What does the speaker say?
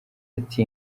ati